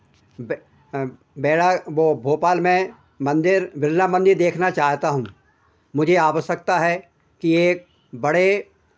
बिरला वो भोपाल में मंदिर बिरला मंदिर देखना चाहता हूँ मुझे आवश्यकता है कि एक बड़े